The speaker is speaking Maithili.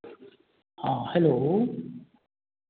हँ हेलो